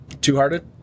two-hearted